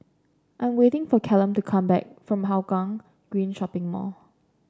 I am waiting for Callum to come back from Hougang Green Shopping Mall